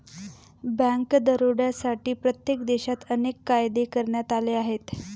bank दरोड्यांसाठी प्रत्येक देशात अनेक कायदे करण्यात आले आहेत